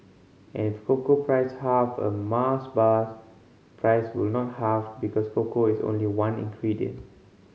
and if cocoa price halved a Mars bar's price will not halve because cocoa is only one ingredient